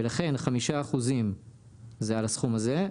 ולכן 5% זה על הסכום הזה.